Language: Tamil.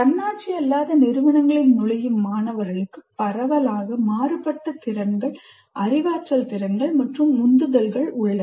தன்னாட்சி அல்லாத நிறுவனங்களில் நுழையும் மாணவர்களுக்கு பரவலாக மாறுபட்ட திறன்கள் அறிவாற்றல் திறன்கள் மற்றும் உந்துதல்களைக் கொண்டுள்ளனர்